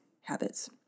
Habits